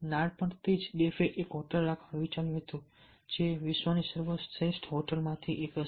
નાનપણથી જ ડેફે એક હોટલ રાખવાનું વિચાર્યું હતું જે વિશ્વની શ્રેષ્ઠ હોટલમાંની એક હશે